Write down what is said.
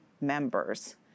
members